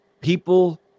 people